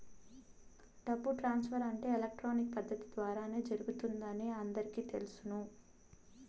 డబ్బు ట్రాన్స్ఫర్ అంటే ఎలక్ట్రానిక్ పద్దతి ద్వారానే జరుగుతుందని అందరికీ తెలుసును